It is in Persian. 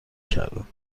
کردم